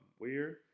weird